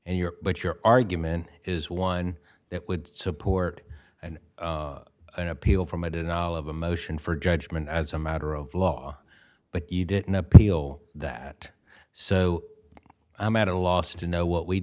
and you're but your argument is one that would support an appeal from a denial of a motion for judgment as a matter of law but he didn't appeal that so i'm at a loss to know what we